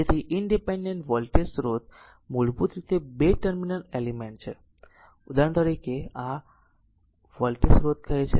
તેથી independent voltage સ્રોત મૂળભૂત રીતે બે ટર્મિનલ એલિમેન્ટ છે ઉદાહરણ તરીકે r આ વોલ્ટેજ સ્રોત કહે છે